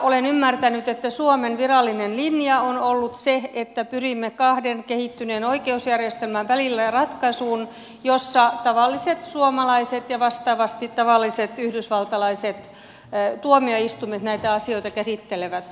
olen ymmärtänyt että suomen virallinen linja on ollut se että pyrimme kahden kehittyneen oikeusjärjestelmän välillä ratkaisuun jossa tavalliset suomalaiset ja vastaavasti tavalliset yhdysvaltalaiset tuomioistuimet näitä asioita käsittelevät